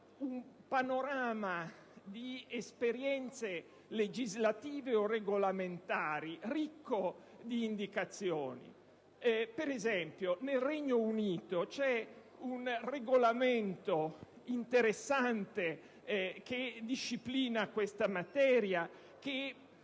un panorama di esperienze legislative o regolamentari ricco di indicazioni. Nel Regno Unito, ad esempio, c'è un regolamento interessante che disciplina questa materia, come